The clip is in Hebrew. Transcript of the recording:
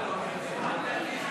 אבל בפרופיל נמוך.